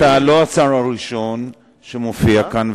אתה לא השר הראשון שמופיע כאן,